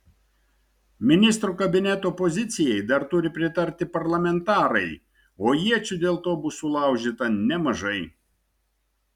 ministrų kabineto pozicijai dar turi pritarti parlamentarai o iečių dėl to bus sulaužyta nemažai